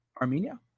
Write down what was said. Armenia